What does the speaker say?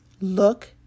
Look